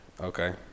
Okay